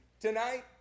tonight